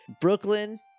Brooklyn